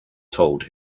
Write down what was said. told